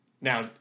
Now